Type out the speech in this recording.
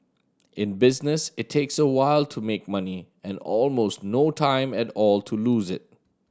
in business it takes a while to make money and almost no time at all to lose it